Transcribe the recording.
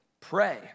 pray